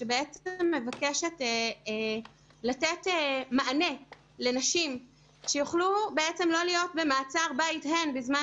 שמבקשת לתת מענה לנשים שיוכלו לא להיות במעצר בית בזמן